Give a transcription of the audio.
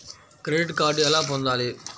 Credit card ఎలా పొందాలి?